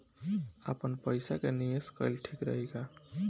आपनपईसा के निवेस कईल ठीक रही का?